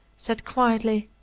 said, quietly,